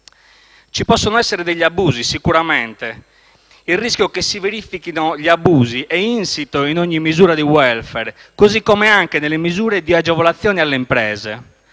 Ci possono essere degli abusi, sicuramente; il rischio che si verifichino degli abusi è insito in ogni misura di *welfare*, così come anche nelle misure di agevolazione alle imprese;